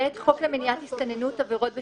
(ב)חוק למניעת הסתננות (עבירות ושיפוט),